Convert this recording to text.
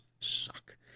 suck